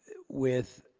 with,